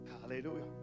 Hallelujah